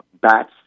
bats